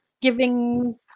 giving